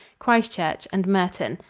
christ church and merton.